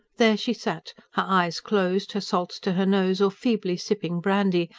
there she sat, her eyes closed, her salts to her nose or feebly sipping brandy,